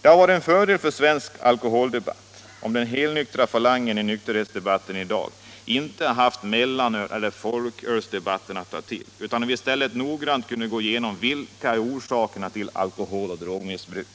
Det hade varit en fördel för svensk alkoholdebatt att den helnyktra falangen i nykterhetsdebatten i dag inte hade haft mellanölseller folkölsdebatten att ta till, utan att vi i stället noggrant hade kunnat diskutera de verkliga orsakerna till alkoholoch drogmissbruk.